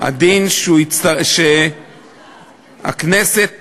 הדין שהכנסת